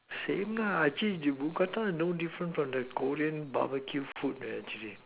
same lah actually you mookata is no different from the Korean barbecue food leh actually